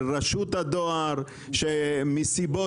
של רשות הדואר שמסיבות